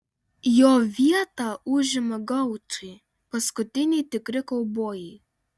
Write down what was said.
jo vietą užima gaučai paskutiniai tikri kaubojai